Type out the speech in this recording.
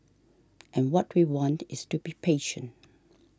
and what we want is to be patient